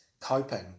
coping